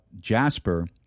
jasper